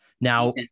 Now